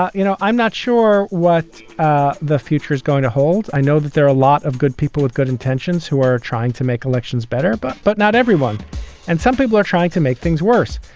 you know, i'm not sure what ah the future is going to hold. i know that there are a lot of good people with good intentions who are trying to make elections better. but but not everyone and some people are trying to make things worse.